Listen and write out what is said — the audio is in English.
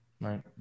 Right